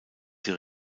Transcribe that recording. sie